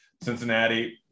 Cincinnati